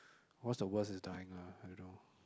what's the worst is dying lah I don't know